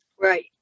right